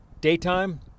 Daytime